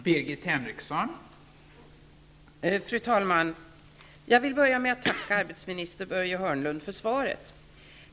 Fru talman! Jag vill börja med att tacka arbetsmarknadsminister Börje Hörnlund för svaret.